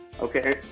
Okay